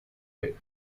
way